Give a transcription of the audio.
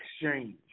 exchange